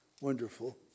Wonderful